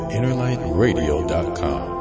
InnerlightRadio.com